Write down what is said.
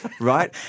right